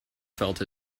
felt